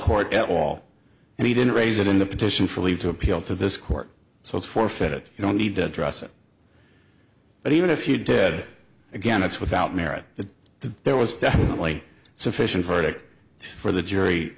court at all and he didn't raise it in the petition for leave to appeal to this court so it's forfeit you don't need to address it but even if you ted again it's without merit that the there was definitely sufficient verdict for the jury